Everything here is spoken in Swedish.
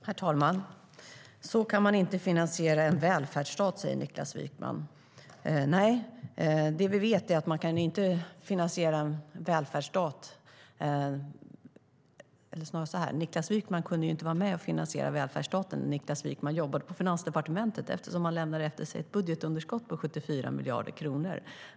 Herr talman! Så kan man inte finansiera en välfärdsstat, säger Niklas Wykman. Jag säger så här: Niklas Wykman kunde inte vara med och finansiera välfärdsstaten när han jobbade på Finansdepartementet, med tanke på att han lämnade efter sig ett budgetunderskott på 74 miljarder kronor.